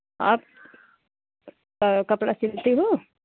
आप कपड़ा सिलते हो